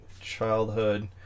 childhood